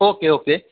okay okay